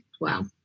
Wow